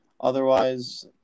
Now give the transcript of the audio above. Otherwise